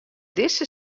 dizze